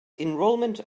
enrolment